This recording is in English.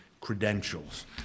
credentials